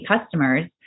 customers